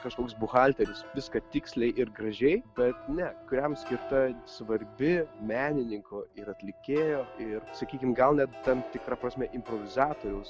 kažkoks buhalteris viską tiksliai ir gražiai bet ne kuriam skirta svarbi menininko ir atlikėjo ir sakykim gal net tam tikra prasme improvizatoriaus